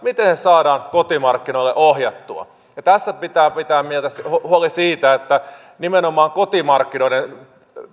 saadaan kotimarkkinoille ohjattua ja tässä pitää pitää mielessä huoli siitä miten nimenomaan kotimarkkinoiden